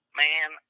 man